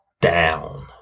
down